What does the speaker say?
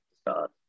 start